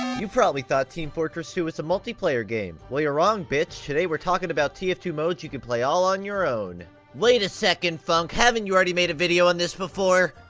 you probably thought team fortress two was a multiplayer game. well, you're wrong bitch today we're talking about t f two modes you can play all on your own wait a second funke, haven't you already made a video on this before?